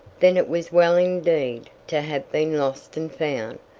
then it was well indeed to have been lost and found,